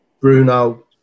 Bruno